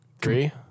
Three